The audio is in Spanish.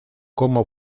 como